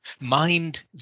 mind